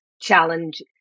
challenge